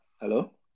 Hello